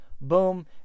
boom